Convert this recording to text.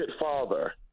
father